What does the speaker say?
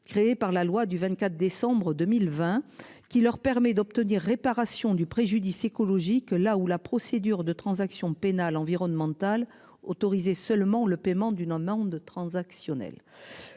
Créé par la loi du 24 décembre 2020 qui leur permet d'obtenir réparation du préjudice écologique, là où la procédure de transaction pénale environnemental autorisées seulement le paiement d'une amende transactionnelle